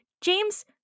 James